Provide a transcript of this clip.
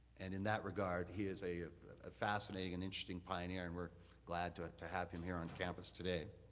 and in that regard, he is a fascinating and interesting pioneer. and we're glad to to have him here on campus today.